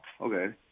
Okay